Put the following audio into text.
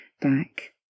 back